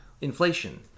Inflation